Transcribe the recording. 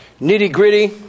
nitty-gritty